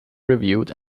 reviewed